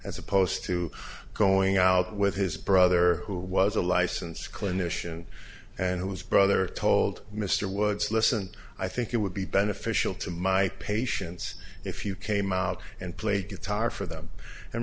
as opposed to going out with his brother who was a licensed clinician and whose brother told mr woods listen i think it would be beneficial to my patients if you came out and played guitar for them and